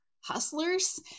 hustlers